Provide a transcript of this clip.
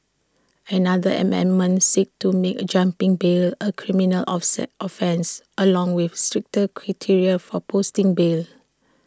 another amendment seeks to make A jumping bail A criminal offset offence along with stricter criteria for posting bail